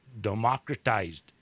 democratized